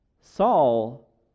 Saul